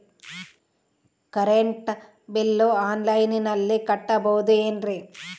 Current bill ಆನ್ಲೈನಿನಲ್ಲಿ ಕಟ್ಟಬಹುದು ಏನ್ರಿ?